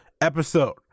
episode